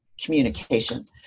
communication